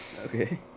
Okay